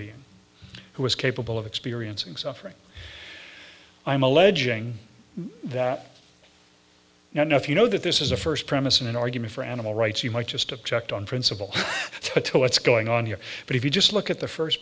being who is capable of experiencing suffering i'm alleging that now know if you know that this is the first premise in an argument for animal rights you might just object on principle to what's going on here but if you just look at the first